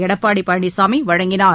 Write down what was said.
எடப்பாடி பழனிசாமி வழங்கினார்